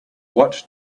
what